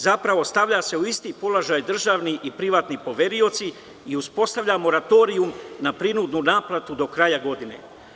Zapravo, stavljaju se u isti položaj državni i privatni poverioci i uspostavlja se moratorijum na prinudnu naplatu do kraja godine.